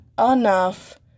enough